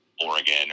Oregon